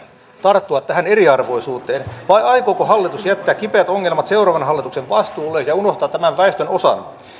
tarttua tähän eriarvoisuuteen vai aikooko hallitus jättää kipeät ongelmat seuraavan hallituksen vastuulle ja unohtaa tämän väestönosan